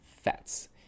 fats